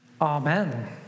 Amen